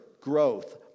growth